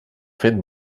fet